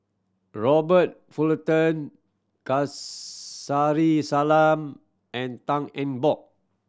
Robert Fullerton Kasari Salam and Tan Eng Bock